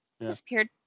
disappeared